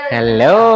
Hello